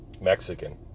Mexican